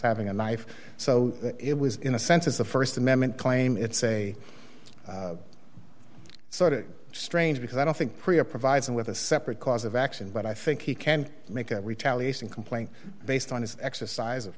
having a knife so it was in a sense is the st amendment claim it's a sort of strange because i don't think priya provides him with a separate cause of action but i think he can make a retaliation complaint based on his exercise of